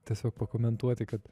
tiesiog pakomentuoti kad